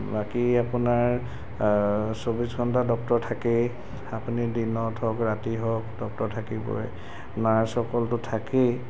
বাকী আপোনাৰ চৌবিছ ঘণ্টাই ডক্তৰ থাকেই আপুনি দিনত হওক ৰাতি হওক ডক্টৰ থাকিবৈ নাৰ্ছসকলটো থাকেই